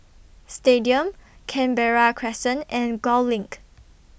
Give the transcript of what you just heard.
Stadium Canberra Crescent and Gul LINK